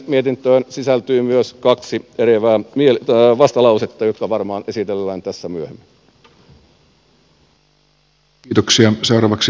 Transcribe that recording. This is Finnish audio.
mietintöön sisältyy myös kaksi vastalausetta jotka varmaan esitellään tässä myöhemmin